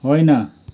होइन